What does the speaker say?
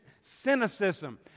cynicism